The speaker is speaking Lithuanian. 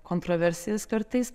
kontroversijas kartais